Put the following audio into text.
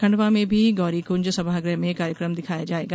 खंडवा में भी गौरीकृंज सभाग्रह में कार्यकम दिखाया जायेगा